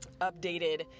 updated